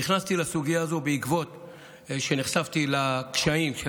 נכנסתי לסוגיה הזו כשנחשפתי לקשיים של